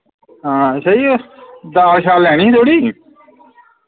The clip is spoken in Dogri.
हां शाह् जी दाल शाल लैनी ही थोह्ड़ी